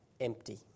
empty